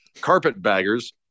carpetbaggers